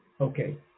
Okay